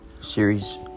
series